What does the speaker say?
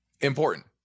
important